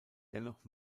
dennoch